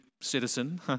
citizen